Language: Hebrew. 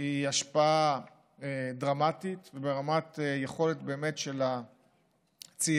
היא השפעה דרמטית, ברמת היכולת של צעירים,